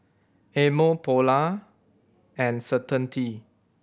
Amore Polar and Certainty